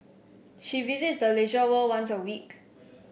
she visits the Leisure World once a week